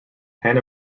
pan